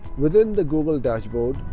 within the google dashboard,